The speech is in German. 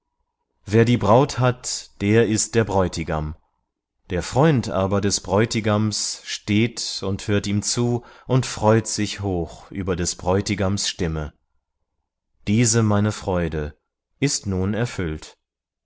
wer die braut hat der ist der bräutigam der freund aber des bräutigams steht und hört ihm zu und freut sich hoch über des bräutigams stimme diese meine freude ist nun erfüllt